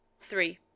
three